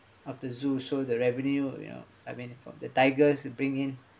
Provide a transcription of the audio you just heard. of the zoo so the revenue you know I mean from the tigers to bring in